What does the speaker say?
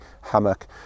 hammock